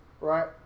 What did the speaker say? Right